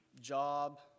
job